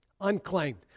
unclaimed